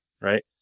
right